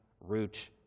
root